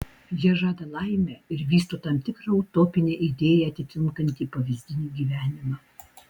jie žada laimę ir vysto tam tikrą utopinę idėją atitinkantį pavyzdinį gyvenimą